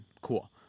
cool